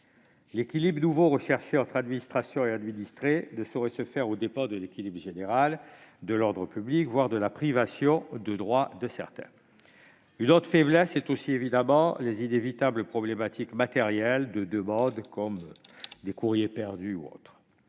L'équilibre nouveau recherché entre l'administration et l'administré ne saurait se faire aux dépens de l'équilibre général et de l'ordre public ni mener à la privation de droits de certains. Une autre faiblesse réside aussi évidemment dans les inévitables problèmes matériels des demandes, comme un courrier perdu. Une